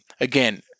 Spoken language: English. Again